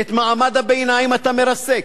את מעמד הביניים אתה מרסק,